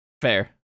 Fair